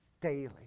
Daily